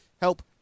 help